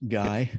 guy